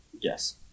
Yes